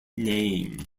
name